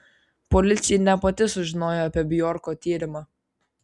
policija ne pati sužinojo apie bjorko tyrimą